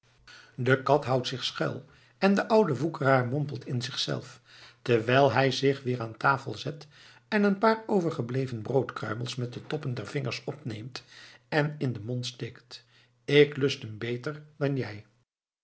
de kat houdt zich schuil en de oude woekeraar mompelt in zichzelf terwijl hij zich weer aan tafel zet en een paar overgebleven broodkruimels met de toppen der vingers opneemt en in den mond steekt k lust'm beter dan hij